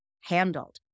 handled